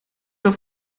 doch